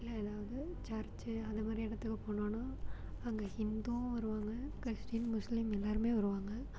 இல்லை ஏதாவது சர்ச்சு அது மாதிரி இடத்துக்கு போனோம்னால் அங்கே ஹிந்துவும் வருவாங்கள் கிறிஸ்ட்டின் முஸ்லீம் எல்லோருமே வருவாங்கள்